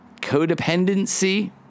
Codependency